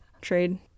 trade